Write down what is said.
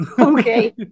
Okay